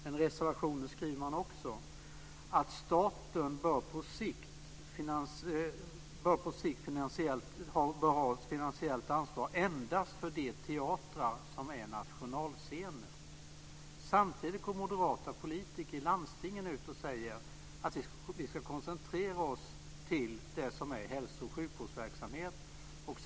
I reservationen skriver man också att staten på sikt bör ha ett finansiellt ansvar endast för de teatrar som är nationalscener. Samtidigt går moderata politiker i landstingen ut och säger att vi ska koncentrera oss på det som är hälsooch sjukvårdsverksamhet.